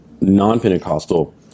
non-Pentecostal